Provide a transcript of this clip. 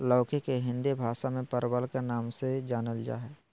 लौकी के हिंदी भाषा में परवल के नाम से जानल जाय हइ